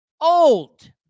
Old